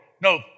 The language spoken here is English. No